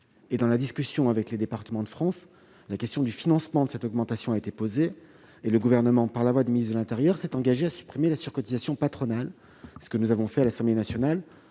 Dans la discussion avec l'Assemblée des départements de France, la question du financement de cette augmentation a été posée. Le Gouvernement, par la voix du ministre de l'intérieur, s'est engagé à supprimer la surcotisation patronale, ce que nous avons fait à l'Assemblée nationale,